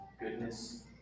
goodness